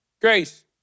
grace